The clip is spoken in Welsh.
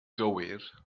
gywir